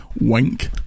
wink